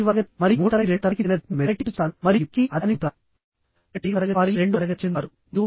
ఉదాహరణకు యాంగిల్ అనేది gusset plate కి కనెక్ట్ చేయబడి ఉంది